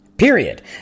period